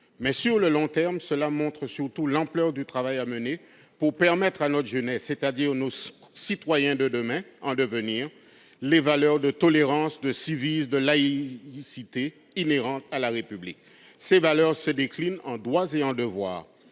Mais, sur le long terme, ces faits montrent surtout l'ampleur du travail à mener pour transmettre à notre jeunesse, c'est-à-dire les citoyens en devenir, les valeurs de tolérance, de civisme et de laïcité, qui sont inhérentes à la République. Ces valeurs se déclinent en droits et en devoirs,